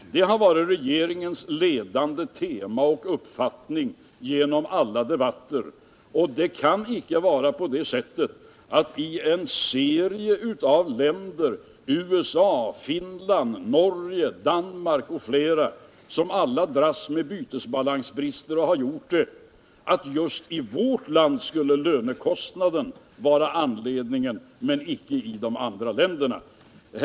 Det har varit regeringens ledande tema och uppfattning genom alla debatter. Men det kan inte vara på det sättet att just i vårt land skulle lönekostnaden vara anledningen till bytesbalansbristen, medan den däremot inte skulle vara det i en serie av länder —- USA, Finland, Norge, Danmark m.fl. — som alla har dragits med och fortfarande dras med bytesbalansbrister.